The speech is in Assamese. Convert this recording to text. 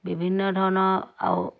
বিভিন্ন ধৰণৰ আৰু